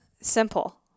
simple